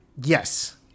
Yes